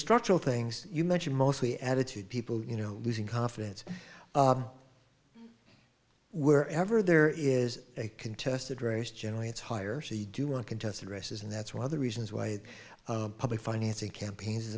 structural things you mention mostly attitude people you know losing confidence wherever there is a contested race generally it's higher so you do want contested races and that's one of the reasons why public financing campaigns is